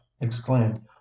exclaimed